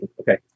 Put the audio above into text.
Okay